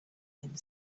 wind